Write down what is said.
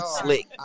Slick